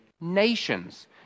nations